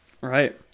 right